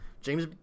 James